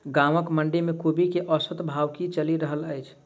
गाँवक मंडी मे कोबी केँ औसत भाव की चलि रहल अछि?